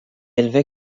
élevé